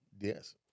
Yes